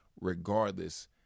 regardless